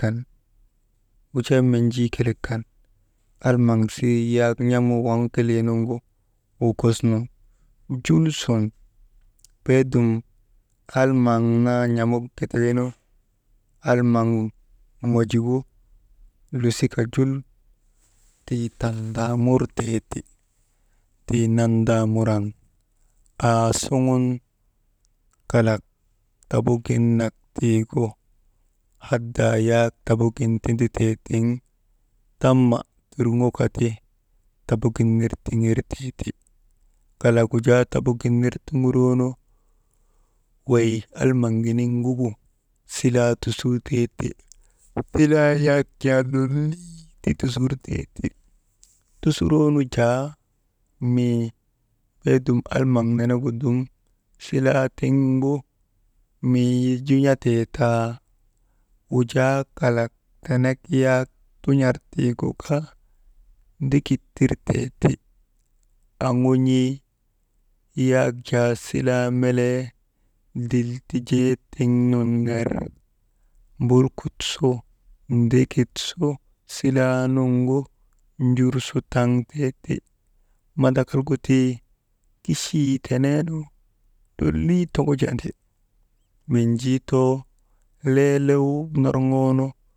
Kan wujaa menjii kelek kan, almaŋ sirii yak n̰amuu waŋ kelee nuŋgu wukos nu jul sun beedum almaŋ naa n̰amuk gidaynu, almaŋ mojugu lusika jul tii tandaamurtee ti, tii mandaanuran aasuŋun kalak tabugin nak tiigu, hadaa yak tabugin tinditee tiŋ tamma turŋoka ti tabugin ner tiŋertee ti, kalak gu jaa tabugin ner tuŋuroonu, wey almaŋ giniŋ ngugu silaa tusurtee ti, silaayak jaa lolii ti tusurtee ti tusuroonu jaa, mii beedum almaŋ nenegu dum silaa tiŋgu mijiu n̰atee taa, wujaa kalak tenek yak tun̰ar tiigu kaa ndikit tirtee ti, aŋun̰ii yak jaa silaa melee diltijee tiŋ nun ner mbulkut su ndikit su siaa nuŋgu njursu taŋtee ti, mandakal gu tii kichiyii teneenu lolii toŋojandi, menjii too leelew norŋoonu.